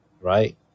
right